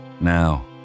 Now